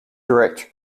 direct